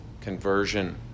conversion